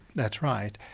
that's right,